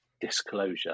disclosure